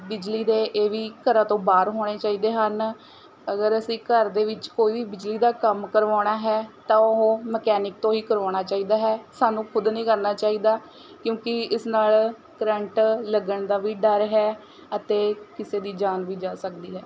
ਬਿਜਲੀ ਦੇ ਇਹ ਵੀ ਘਰਾਂ ਤੋਂ ਬਾਹਰ ਹੋਣੇ ਚਾਹੀਦੇ ਹਨ ਅਗਰ ਅਸੀਂ ਘਰ ਦੇ ਵਿੱਚ ਕੋਈ ਵੀ ਬਿਜਲੀ ਦਾ ਕੰਮ ਕਰਵਾਉਣਾ ਹੈ ਤਾਂ ਉਹ ਮਕੈਨਿਕ ਤੋਂ ਹੀ ਕਰਵਾਉਣਾ ਚਾਹੀਦਾ ਹੈ ਸਾਨੂੰ ਖੁਦ ਨਹੀਂ ਕਰਨਾ ਚਾਹੀਦਾ ਕਿਉਂਕਿ ਇਸ ਨਾਲ਼ ਕਰੰਟ ਲੱਗਣ ਦਾ ਵੀ ਡਰ ਹੈ ਅਤੇ ਕਿਸੇ ਦੀ ਜਾਨ ਵੀ ਜਾ ਸਕਦੀ ਹੈ